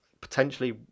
Potentially